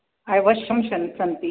अवश्यं सन्ति